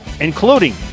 including